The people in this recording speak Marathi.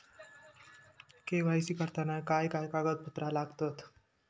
के.वाय.सी करताना काय कागदपत्रा लागतत?